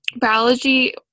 biology